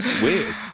Weird